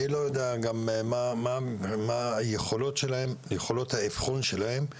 אני לא יודע גם מה יכולות האבחון שלהם,